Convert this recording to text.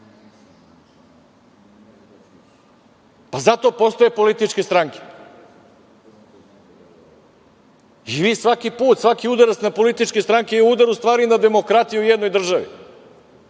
program. Zato postoje političke stranke i vi, svaki put, svaki udarac na političke stranke je udar na demokratiju u jednoj državi,